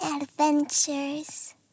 Adventures